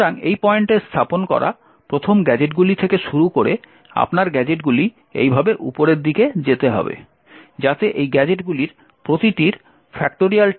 সুতরাং এই পয়েন্টে স্থাপন করা প্রথম গ্যাজেটগুলি থেকে শুরু করে আপনার গ্যাজেটগুলি এইভাবে উপরের দিকে যেতে হবে যাতে এই গ্যাজেটগুলির প্রতিটির 10